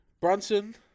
Brunson